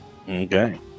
Okay